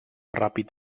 ràpid